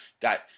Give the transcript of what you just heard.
got